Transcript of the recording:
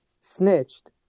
snitched